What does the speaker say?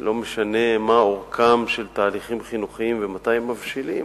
ולא משנה מה אורכם של תהליכים חינוכיים ומתי הם מבשילים.